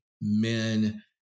men